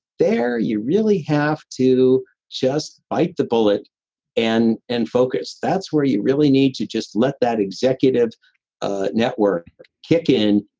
there you really have to just bite the bullet and and focus. that's where you really need to just let that executive ah network kick in,